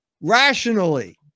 rationally